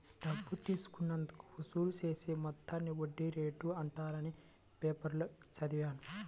డబ్బు తీసుకున్నందుకు వసూలు చేసే మొత్తాన్ని వడ్డీ రేటు అంటారని పేపర్లో చదివాను